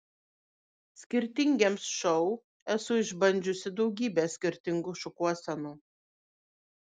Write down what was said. skirtingiems šou esu išbandžiusi daugybę skirtingų šukuosenų